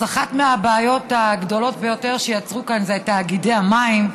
אז אחת מהבעיות הגדולות ביותר שיצרו כאן היא של תאגידי המים,